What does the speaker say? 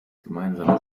gemeinsamen